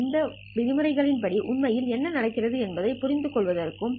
அந்த விதிமுறைகளுடன் உண்மையில் என்ன நடக்கிறது என்பதைப் புரிந்துகொள்வதற்கும்